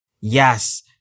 Yes